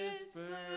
whisper